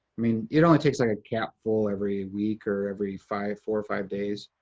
i mean, it only takes like a capful every week or every five, four or five days.